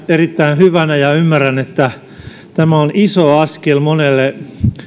erittäin hyvänä ja ymmärrän että tämä on iso askel monelle